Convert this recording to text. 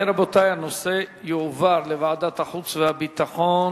אם כן, רבותי, הנושא יועבר לוועדת החוץ והביטחון.